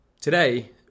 Today